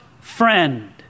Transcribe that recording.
friend